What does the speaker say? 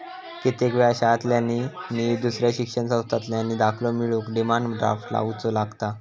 कित्येक वेळा शाळांतल्यानी नि दुसऱ्या शिक्षण संस्थांतल्यानी दाखलो मिळवूक डिमांड ड्राफ्ट लावुचो लागता